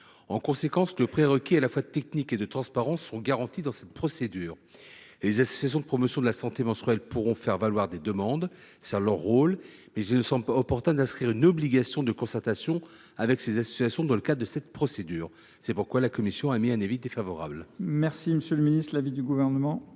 En conséquence, les prérequis à la fois techniques et de transparence sont garantis dans cette procédure. Les associations de promotion de la santé menstruelle pourront faire valoir des demandes, ce qui est leur rôle, mais il ne semble pas opportun d’inscrire une obligation de concertation avec lesdites associations dans le cadre de cette procédure. C’est pourquoi la commission a émis un avis défavorable. Quel est l’avis du Gouvernement ?